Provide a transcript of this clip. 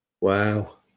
Wow